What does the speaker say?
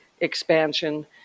expansion